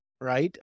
right